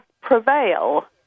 prevail